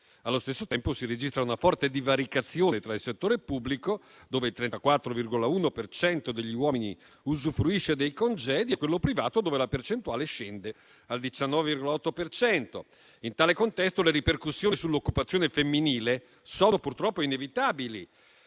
Allo stesso tempo si registra una forte divaricazione tra il settore pubblico, dove il 34,1 per cento degli uomini usufruisce dei congedi, e quello privato, dove la percentuale scende al 19,8 per cento. In tale contesto le ripercussioni sull'occupazione femminile sono purtroppo inevitabili.